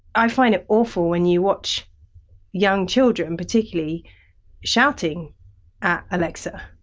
i find it awful when you watch young children particularly shouting at alexa.